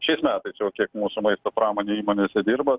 šiais metais jau kiek mūsų maisto pramonėj įmonėse dirba